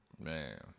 Man